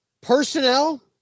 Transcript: personnel